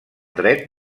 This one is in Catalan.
dret